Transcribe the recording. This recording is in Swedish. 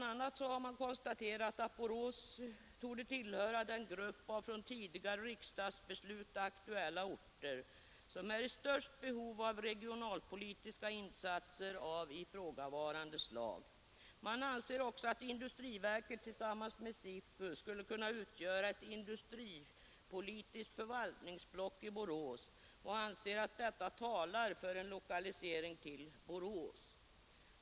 a. har man konstaterat att Borås torde tillhöra den grupp av från tidigare riksdagsbeslut aktuella orter som är i störst behov av regionalpolitiska insatser av ifrågavarande slag, Man anser också att industriverket tillsammans med SIFU skulle kunna utgöra ett industripolitiskt förvaltningsblock i Borås och anser att detta talar för en lokalisering till Borås.